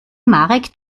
marek